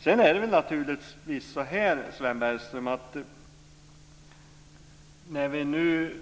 Sedan är det naturligtvis så, Sven Bergström, att när vi nu